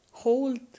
hold